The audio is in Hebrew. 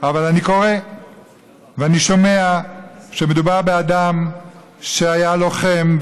אבל אני קורא ואני שומע שמדובר באדם שהיה לוחם,